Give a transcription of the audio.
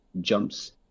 jumps